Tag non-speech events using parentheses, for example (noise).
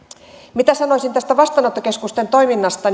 sanoisin tästä vastaanottokeskusten toiminnasta (unintelligible)